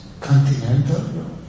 continental